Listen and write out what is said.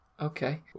Okay